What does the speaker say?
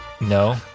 No